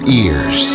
ears